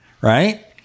right